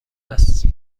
است